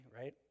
right